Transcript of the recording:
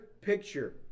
picture